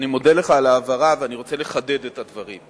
אני מודה לך על ההבהרה ואני רוצה לחדד את הדברים.